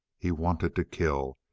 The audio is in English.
he wanted to kill.